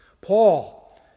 Paul